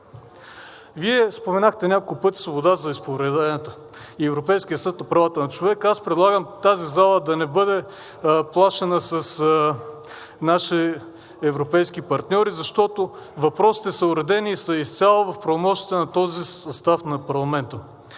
Вие споменахте няколко пъти свобода за вероизповеданията и Европейския съд по правата на човека. Аз предлагам тази зала да не бъде плашена с нашите европейски партньори, защото въпросите са уредени и са изцяло в правомощията на този състав на парламента.